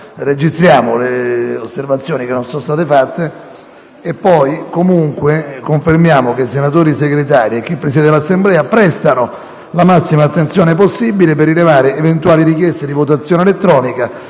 registriamo le osservazioni che sono state fatte e confermiamo che i senatori Segretari e chi presiede l'Assemblea prestano la massima attenzione possibile per rilevare eventuali richieste di votazione elettronica